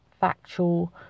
factual